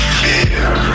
fear